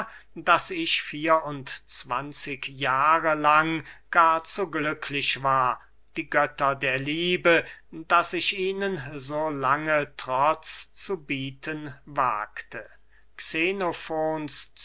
daß ich vier und zwanzig jahre lang gar zu glücklich war die götter der liebe daß ich ihnen so lange trotz zu bieten wagte